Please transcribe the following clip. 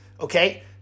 Okay